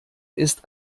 ist